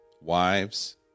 wives